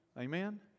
Amen